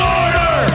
order